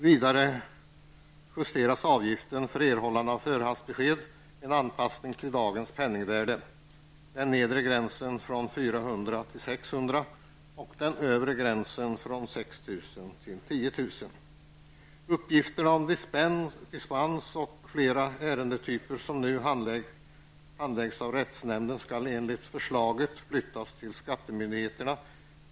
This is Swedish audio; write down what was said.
Vidare justeras avgiften för erhållande av förhandsbesked. Det är en anpassning till dagens penningvärde. Den nedre gränsen höjs från 400 kr. till 600 kr. och den övre gränsen från 6 000 kr. till 10 000 kr. Uppgiften att fatta beslut om dispens i flera ärendetyper, som nu ligger på rättsnämnden, skall enligt förslaget flyttas till skattemyndigheterna.